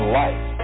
life